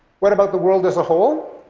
what about the world as a whole?